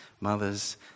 Mothers